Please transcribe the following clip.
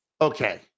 Okay